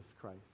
Christ